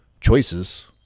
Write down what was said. choices